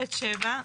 ב' (7).